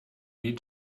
need